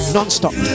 Non-stop